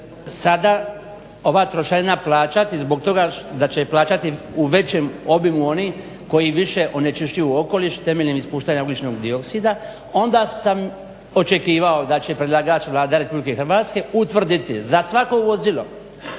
sada ova trošarina plaćati zbog toga da će je plaćati u većem obimu oni koji više onečišćuju okoliš temeljem ispuštanja ugljičnog dioksida onda sam očekivao da će predlagač vlada RH utvrditi za svako vozilo